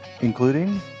including